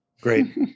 Great